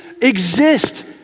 exist